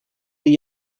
die